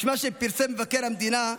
רשימה שפרסם מבקר המדינה.